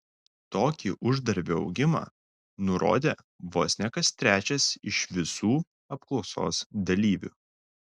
tokį uždarbio augimą nurodė vos ne kas trečias iš visų apklausos dalyvių